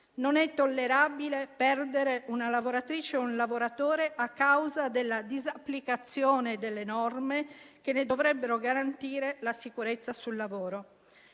Non è tollerabile perdere una lavoratrice o un lavoratore a causa della disapplicazione delle norme che ne dovrebbero garantire la sicurezza sul lavoro.